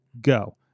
go